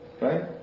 Right